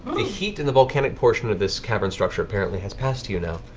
ah heat in the volcanic portion of this cavern structure apparently has passed you now,